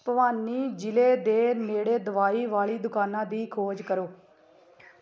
ਭਿਵਾਨੀ ਜ਼ਿਲ੍ਹੇ ਦੇ ਨੇੜੇ ਦਵਾਈ ਵਾਲੀ ਦੁਕਾਨਾਂ ਦੀ ਖੋਜ ਕਰੋ